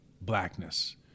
blackness